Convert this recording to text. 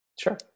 Sure